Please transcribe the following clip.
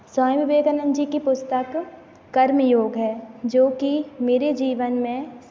स्वामी विवेकानंद जी की पुस्तक कर्म योग है जो कि मेरे जीवन में